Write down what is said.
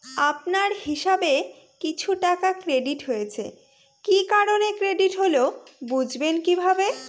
আপনার হিসাব এ কিছু টাকা ক্রেডিট হয়েছে কি কারণে ক্রেডিট হল বুঝবেন কিভাবে?